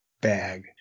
bag